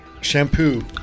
shampoo